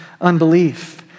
unbelief